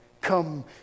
come